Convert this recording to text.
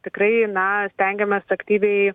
tikrai na stengiamės aktyviai